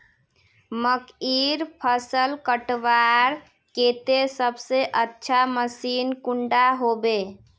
मकईर फसल कटवार केते सबसे अच्छा मशीन कुंडा होबे?